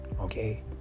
Okay